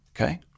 Okay